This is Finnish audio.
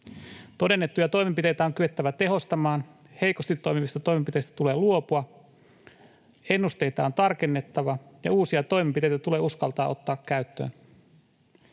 Todennettuja toimenpiteitä on kyettävä tehostamaan, heikosti toimivista toimenpiteistä tulee luopua, ennusteita on tarkennettava ja uusia toimenpiteitä tulee uskaltaa ottaa käyttöön.